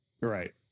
Right